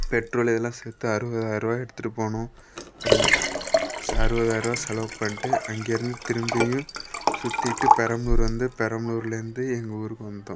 petrol இதெல்லாம் சேர்த்து அறுவதாயர ருபா எடுத்துட்டுப் போனோம் அப்புறம் ச அறுவதாயர ருபா செலவு பண்ணிட்டு அங்கேயிருந்து திரும்பியும் சுற்றிட்டு பெரம்பலூர் வந்து பெரம்பலூர்லேருந்து எங்கள் ஊருக்கு வந்தோம்